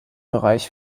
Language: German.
bereich